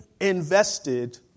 invested